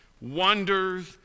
wonders